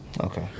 Okay